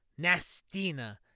Nastina